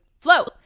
Float